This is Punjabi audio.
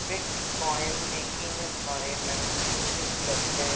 ਬਿਟਕੋਇਨ ਦੀ ਕੀਮਤ ਬਾਰੇ ਮੈਨੂੰ ਸੂਚਿਤ ਕਰਦੇ ਰਹੋ